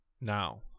Now